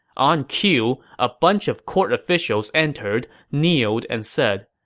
on cue, a bunch of court officials entered, kneeled, and said,